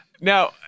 now